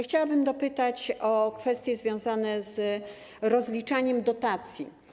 Chciałabym zapytać o kwestie związane z rozliczaniem dotacji.